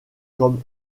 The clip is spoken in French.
comme